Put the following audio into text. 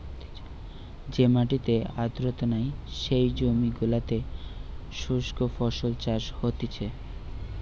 যে মাটিতে আর্দ্রতা নাই, যেই জমি গুলোতে শুস্ক ফসল চাষ হতিছে